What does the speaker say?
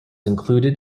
included